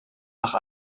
nach